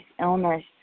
illness